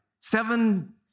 seven